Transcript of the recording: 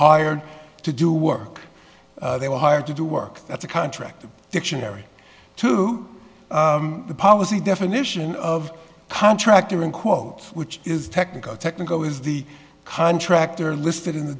hired to do work they were hired to do work that the contractor dictionary to the policy definition of contractor and quote which is technical technical is the contractor listed in the